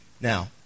Now